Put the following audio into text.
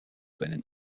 seinen